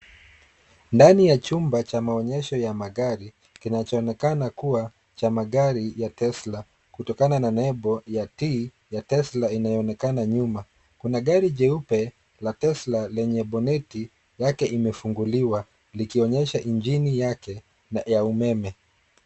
Ndani ya chumba cha maonesho ya magari kinachoonekana kuwa cha magari ya Tesla. Kutokana na nembo ya T ya Tesla inayoonekana nyuma, kuna gari jeupe la Tesla lenye boneti yake imefunguliwa likionyesha injini yake ya umeme.